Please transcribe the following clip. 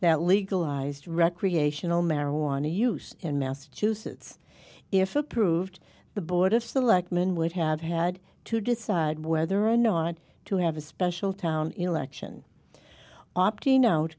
that legalized recreational marijuana use in massachusetts if approved the board of selectmen would have had to decide whether or not to have a special town election opting out